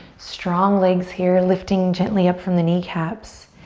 strong legs here. lifting gently up from the kneecaps.